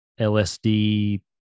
LSD